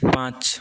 पाँच